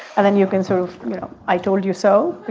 and then you can sort of i told you so